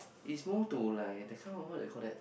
is more to like that kind what do you call that